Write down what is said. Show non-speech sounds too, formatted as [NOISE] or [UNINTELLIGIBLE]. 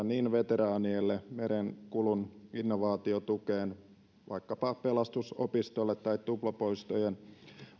[UNINTELLIGIBLE] niin veteraaneille merenkulun innovaatiotukeen vaikkapa pelastusopistolle tai tuplapoistojen